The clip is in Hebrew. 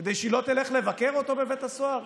לא תלך לבקר אותו בבית הסוהר?